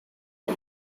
the